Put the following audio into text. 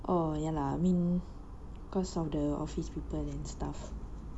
oh ya lah I mean because of the office people and stuff